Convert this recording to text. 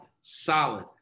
solid